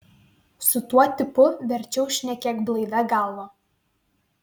su tuo tipu verčiau šnekėk blaivia galva